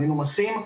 הם מנומסים,